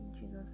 Jesus